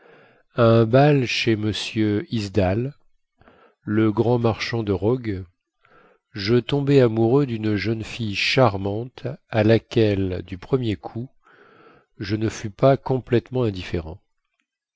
un bal chez m isdahl le grand marchand de rogues je tombai amoureux dune jeune fille charmante à laquelle du premier coup je ne fus pas complètement indifférent